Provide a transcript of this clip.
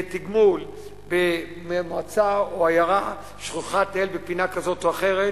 לתגמול במועצה או עיירה שכוחת אל בפינה כזאת או אחרת